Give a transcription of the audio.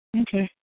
Okay